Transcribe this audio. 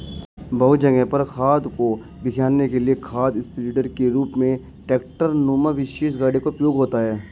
बहुत जगह पर खाद को बिखेरने के लिए खाद स्प्रेडर के रूप में ट्रेक्टर नुमा विशेष गाड़ी का उपयोग होता है